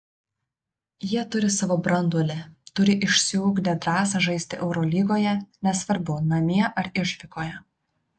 jie turi savo branduolį turi išsiugdę drąsą žaisti eurolygoje nesvarbu namie ar išvykoje